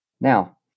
now